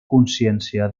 consciència